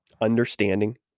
understanding